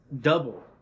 double